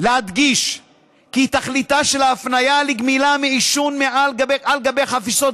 כי תכליתה של ההפניה לגמילה מעישון על גבי החפיסות